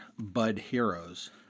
budheroes